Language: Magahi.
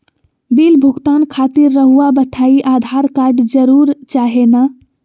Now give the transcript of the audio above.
बिल भुगतान खातिर रहुआ बताइं आधार कार्ड जरूर चाहे ना?